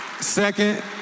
Second